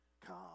come